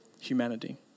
humanity